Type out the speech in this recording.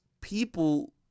people